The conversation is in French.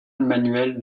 manuel